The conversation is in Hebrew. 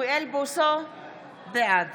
בעד